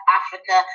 africa